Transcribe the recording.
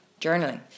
journaling